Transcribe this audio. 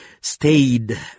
stayed